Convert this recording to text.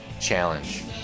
challenge